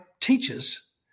teachers